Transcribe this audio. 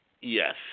Yes